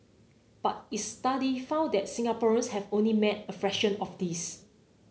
but its study found that Singaporeans have only met a fraction of this